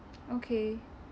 okay